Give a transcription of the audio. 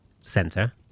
center